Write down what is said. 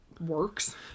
works